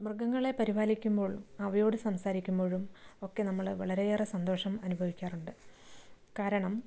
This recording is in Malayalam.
മൃഗങ്ങളെ പരിപാലിക്കുമ്പോൾ അവയോട് സംസാരിക്കുമ്പോഴും ഒക്കെ നമ്മള് വളരെയേറെ സന്തോഷം അനുഭവിക്കാറുണ്ട് കാരണം